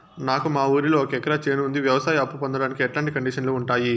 నాకు మా ఊరిలో ఒక ఎకరా చేను ఉంది, వ్యవసాయ అప్ఫు పొందడానికి ఎట్లాంటి కండిషన్లు ఉంటాయి?